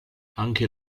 anche